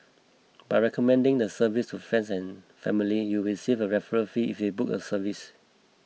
by recommending the service to friends and family you will receive a referral fee if they book a service